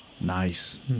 Nice